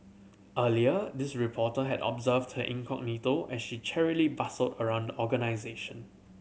earlier this reporter had observed her incognito as she cheerily bustled around organisation